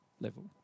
level